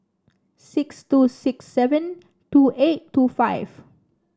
six two six seven two eight two five